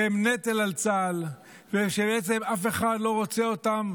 שהם נטל על צה"ל ושבעצם אף אחד לא רוצה אותם,